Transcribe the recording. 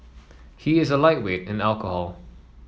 he is a lightweight in alcohol